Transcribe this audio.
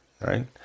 right